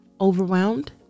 Overwhelmed